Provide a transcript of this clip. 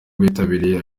bitabiriye